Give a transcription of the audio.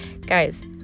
guys